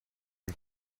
une